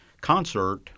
concert